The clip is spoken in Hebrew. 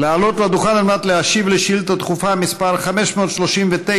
לעלות לדוכן להשיב על שאילתה דחופה מס' 539,